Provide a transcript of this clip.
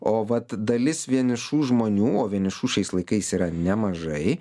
o vat dalis vienišų žmonių o vienišų šiais laikais yra nemažai